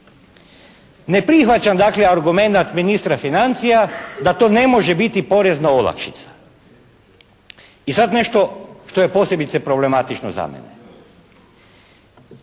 Ne prihvaćam dakle argumenat ministra financija da to ne može biti porezna olakšica. I sad nešto što je posebice problematično za mene.